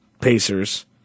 Pacers